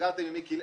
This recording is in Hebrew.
סגרתם עם מיקי?